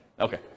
okay